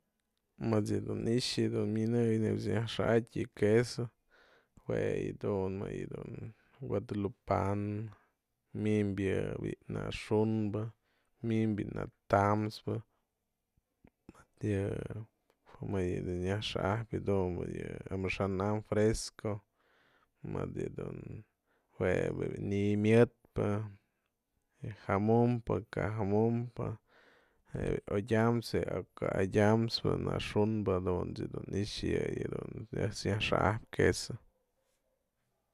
Mëdyë dun i'ixä minëyën neyb nyaj xa'axtyë yë queso jue yë dun më yë dun guadalupana, mymbë yë bi'i yë në xu'unbä, mymbë yë bi'i yë në ta'asmpë, mëdë yë nyaj xa'axpyë yë amaxa'an am fresco, mëdë yë dun jue bi'i ni'iy myëtpë, je jamu'umpë kajamu'umpë, je otyamspë, je kë otyamspë, në xu'unbä dunt's dun i'ixä yë yëdun ejt's dun nyaj xa'ajpyë queson.